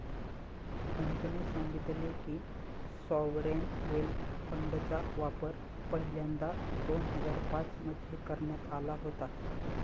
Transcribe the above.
मोहितने सांगितले की, सॉवरेन वेल्थ फंडचा वापर पहिल्यांदा दोन हजार पाच मध्ये करण्यात आला होता